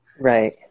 Right